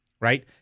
right